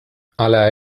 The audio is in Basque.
hala